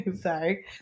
Sorry